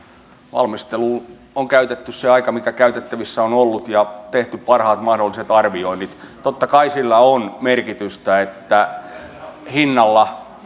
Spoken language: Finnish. valmisteluun on käytetty se aika mikä käytettävissä on ollut ja tehty parhaat mahdolliset arvioinnit totta kai sillä on merkitystä että sillä hinnalla